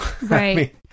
Right